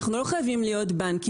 אנחנו לא חייבים להיות בנק,